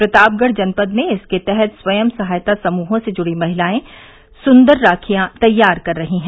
प्रतापगढ़ जनपद में इसके तहत स्वयं सहायता समूहों से जुड़ी महिलाएं सुंदर राखी तैयार कर रही हैं